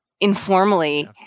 informally